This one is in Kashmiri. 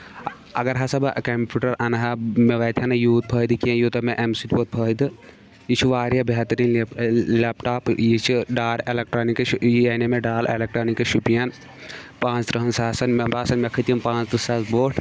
اَگر ہسا بہٕ کَمپِوٗٹر انہٕ ہا مےٚ واتہِ ہا نہٕ یوٗت فٲیدٕ یوٗتاہ مےٚ اَمہِ سۭتۍ ووٚت فٲیدٕ یہِ چھِ واریاہ بہتریٖن یہِ لیپ لیٚپ ٹاپ یہِ چھُ ڈار ایٚلیکٹرانِکٕس یہِ اَنیو مےٚ ڈار ایٚلیکٹرانِکٕس شُوپِین پانٛژٕترٕٛہن ساسَن مےٚ باسان مےٚ کٔھتۍ یِم پانٛژترٕٛہ ساس بوٚٹھ